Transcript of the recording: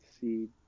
see